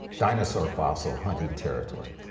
dinosaur fossil, hunting territory.